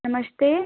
नमस्ते